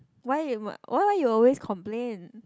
why you mu~ why why you always complain